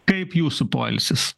kaip jūsų poilsis